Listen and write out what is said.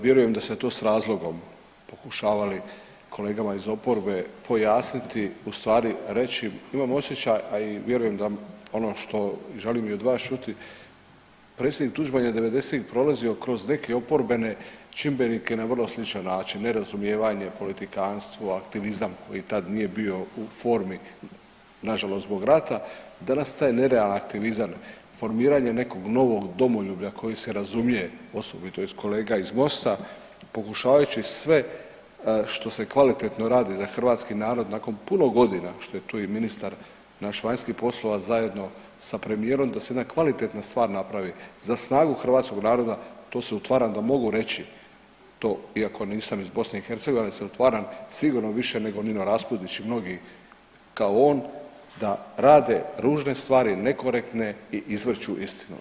Vjerujem da ste to s razlogom pokušavali kolegama iz oporbe pojasniti u stvari reći, imam osjećaj a i vjerujem da ono što želim i od vas čuti, predsjednik Tuđman je devedesetih prolazio kroz neke oporbene čimbenike na vrlo sličan način, nerazumijevanje, politikantstvo, aktivizam koji tad nije bio u formi nažalost zbog rata, danas taj nerealan aktivizam, formiranje nekog novog domoljublja koje se razumije osobito od kolega iz Mosta pokušavajući sve što se kvalitetno radi za hrvatski narod nakon puno godina što je tu i ministar naš vanjskih poslova sa premijerom da se jedna kvalitetna stvar napravi, za snagu hrvatskog naroda to se utvaram da mogu reći to iako nisam iz BiH ali se utvaram, sigurno više nego Nino Raspudić i mnogi kao on da rade ružne stvari, nekorektne i izvrću istinu.